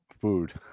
Food